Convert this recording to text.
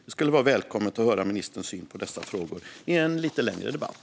Det skulle vara välkommet att höra ministerns syn på dessa frågor i en lite längre debatt.